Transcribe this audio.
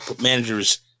managers